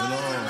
זה לא פרסונלי,